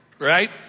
Right